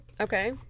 okay